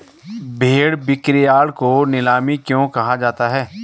भेड़ बिक्रीयार्ड को नीलामी क्यों कहा जाता है?